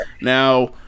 Now